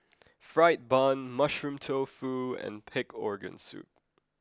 Fried Bun Mushroom Tofu and pig organ soup